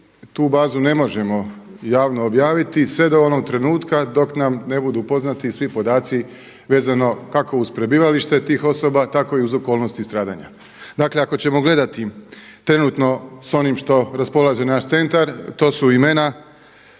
tu bazu ne možemo javno objaviti sve do onog trenutka dok nam ne budu poznati svi podatci vezano kako uz prebivalište tih osoba, tako i uz okolnosti stradanja. Dakle ako ćemo gledati trenutno sa onim što raspolaže naš centar to su imena,